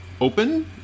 open